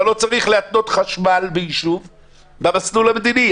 אתה לא צריך להתנות חשמל בישוב במסלול המדיני,